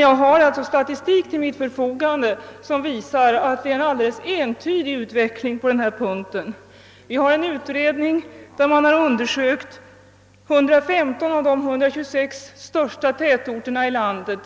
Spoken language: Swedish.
Jag har också till mitt förfogande en statistik som visar att utvecklingen i detta avseende är helt entydig på olika håll i landet. Av en undersökning beträffande 115 av de 126 största tätorterna framgår